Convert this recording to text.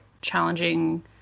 challenging